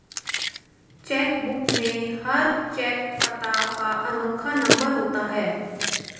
check book में हर cheque पता का अनोखा नंबर होता है